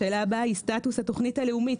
השאלה הבאה היא סטטוס התוכנית הלאומית.